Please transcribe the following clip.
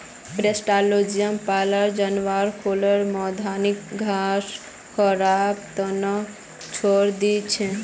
पास्टोरैलिज्मत पाले जानवरक खुला मैदानत घास खबार त न छोरे दी छेक